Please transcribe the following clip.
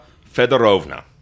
Fedorovna